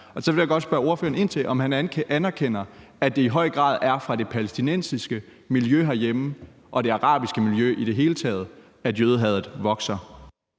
er. Så vil jeg godt spørge ordføreren ind til, om han anerkender, at det i høj grad er fra det palæstinensiske miljø herhjemme og det arabiske miljø i det hele taget, at jødehadet vokser.